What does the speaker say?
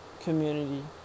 community